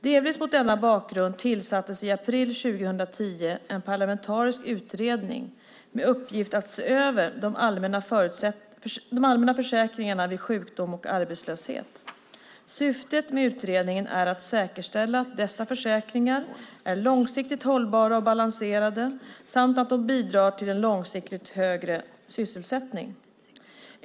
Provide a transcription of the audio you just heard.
Delvis mot denna bakgrund tillsattes i april 2010 en parlamentarisk utredning med uppgift att se över de allmänna försäkringarna vid sjukdom och arbetslöshet. Syftet med utredningen är att säkerställa att dessa försäkringar är långsiktigt hållbara och balanserade, samt att de bidrar till en långsiktigt högre sysselsättning.